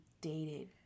dated